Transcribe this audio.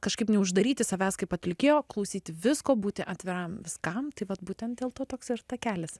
kažkaip neuždaryti savęs kaip atlikėjo klausyti visko būti atviram viskam tai vat būtent dėl to toks ir takelis